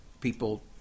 people